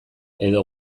edo